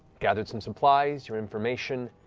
gathered some supplies, your information,